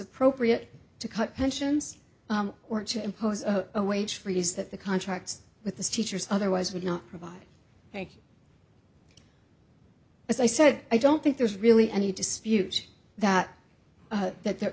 appropriate to cut pensions or to impose a wage freeze that the contract with the teachers otherwise would not provide thank you as i said i don't think there's really any dispute that that that the